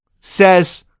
says